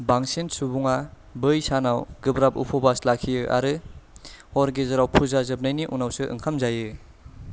बांसिन सुबुङा बै सानाव गोब्राब उपवास लाखियो आरो हर गेजेराव फुजा जोबनायनि उनावसो ओंखाम जायो